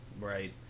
Right